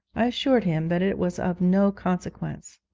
i assured him that it was of no consequence.